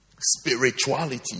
Spirituality